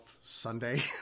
Sunday